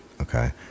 Okay